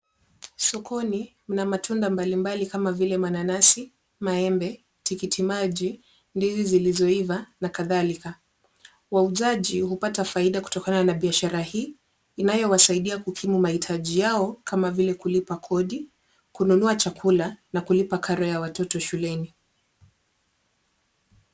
Sokoni, mna matunda mbalimbali kama vile mananasi, maembe, tikitimaji, ndizi zilizoiva, na kadhalika. Wauzaji hupata faida kutokana na biashara hii, inayowasaidia kukimu mahitaji yao kama vile kulipa kodi, kununua chakula, na kulipa karo ya watoto shuleni.